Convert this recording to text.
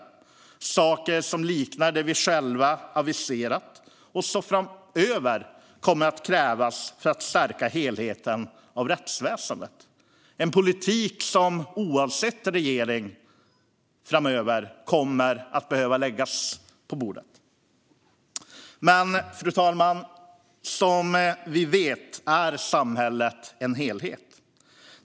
Det är saker som liknar det vi själva har aviserat och som framöver kommer att krävas för att stärka helheten i rättsväsendet. Det är en politik som oavsett regering framöver kommer att behöva läggas på bordet. Men, fru talman, som vi vet är samhället en helhet.